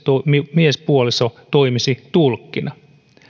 miespuoliso toimisi tulkkina